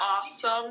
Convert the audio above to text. awesome